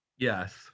Yes